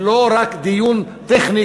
ולא רק דיון טכני,